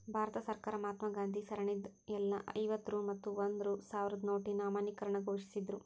ಭಾರತ ಸರ್ಕಾರ ಮಹಾತ್ಮಾ ಗಾಂಧಿ ಸರಣಿದ್ ಎಲ್ಲಾ ಐವತ್ತ ರೂ ಮತ್ತ ಒಂದ್ ರೂ ಸಾವ್ರದ್ ನೋಟಿನ್ ಅಮಾನ್ಯೇಕರಣ ಘೋಷಿಸಿದ್ರು